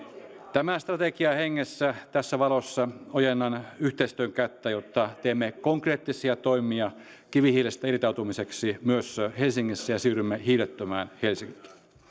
tämän strategian hengessä tässä valossa ojennan yhteistyön kättä jotta teemme konkreettisia toimia kivihiilestä irtautumiseksi myös helsingissä ja siirrymme hiilettömään helsinkiin